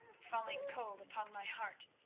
falling cold upon my heart.